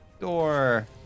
Door